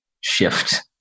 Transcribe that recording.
shift